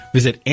Visit